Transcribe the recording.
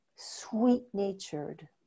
Sweet-natured